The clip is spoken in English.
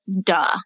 duh